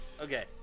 okay